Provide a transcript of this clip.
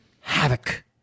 Havoc